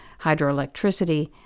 hydroelectricity